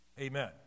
Amen